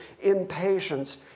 impatience